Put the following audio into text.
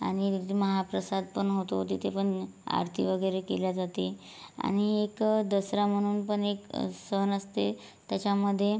आणि महाप्रसादपण होतो तिथे पण आरती वगैरे केल्या जाते आणि एक दसरा म्हणून पण एक सण असते त्याच्यामध्ये